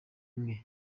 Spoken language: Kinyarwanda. imwe